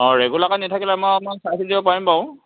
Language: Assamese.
অ' ৰেগুলাৰকৈ নি থাকিলে মই আপোনাক চাই চিতি দিব পাৰিম বাৰু